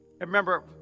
remember